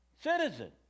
citizen